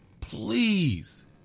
Please